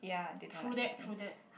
true that true that